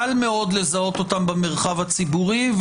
קל מאוד לזהות אותם במרחב הציבורי,